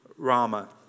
Rama